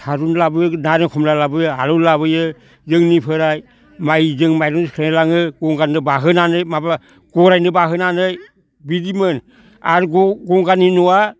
थारुन लाबोयो नारें खमला लाबोयो आलु लाबोयो जोंनिफ्राय माइजों माइरंजों सोनानै लाङो गंगारनो बाहोनानै माबा गराइनो बाहोनानै बिदिमोन आरो गंगारनि न'आ